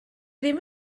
ddim